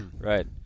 Right